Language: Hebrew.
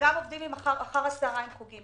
עובדים גם אחר הצוהריים בחוגים.